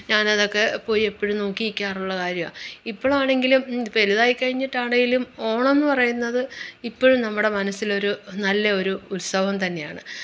ഞാനതൊക്കെ പോയി എപ്പോഴും നോക്കി നിൽക്കാറുള്ള കാര്യ ഇപ്പോഴാണെങ്കിലും വെലുതായിക്കഴിഞ്ഞിട്ടാണെങ്കിലും ഓണം എന്നു പറയുന്നത് ഇപ്പോഴും നമ്മുടെ മനസ്സിലൊരു നല്ലയൊരു ഉത്സവം തന്നെയാണ്